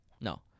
No